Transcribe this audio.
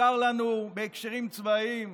מוכר לנו בהקשרים צבאיים,